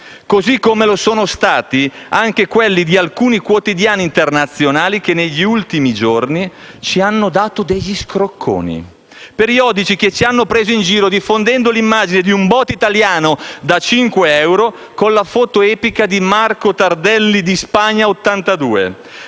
come lo sono stati anche quelli di alcuni quotidiani internazionali che, negli ultimi giorni, ci hanno dato degli scrocconi; periodici che ci hanno preso in giro diffondendo l'immagine di un BOT italiano da 5 euro con la foto epica di Marco Tardelli dei mondiali